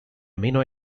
amino